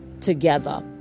together